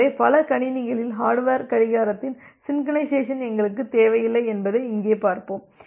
எனவே பல கணினிகளில் ஹர்டுவேர் கடிகாரத்தின் சின்கொரைனைசேஸன் எங்களுக்கு தேவையில்லை என்பதை இங்கே பார்ப்போம்